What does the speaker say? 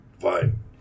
fine